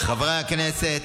חברי הכנסת,